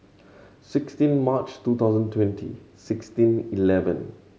sixteen March two thousand twenty sixteen eleven